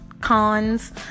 cons